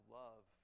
love